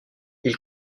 ils